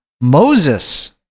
Moses